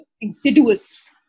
insidious